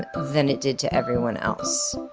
than it did to everyone else,